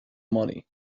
money